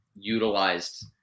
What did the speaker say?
utilized